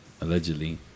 Allegedly